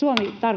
koputtaa]